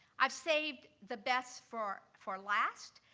i've saved the best for for last.